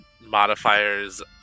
modifiers